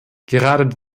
gerade